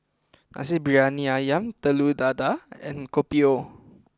Nasi Briyani Ayam Telur Dadah and Kopi O